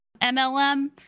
MLM